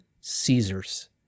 caesar's